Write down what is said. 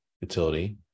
utility